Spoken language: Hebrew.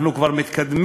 אנחנו כבר מתקדמים,